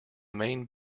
main